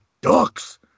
ducks